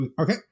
okay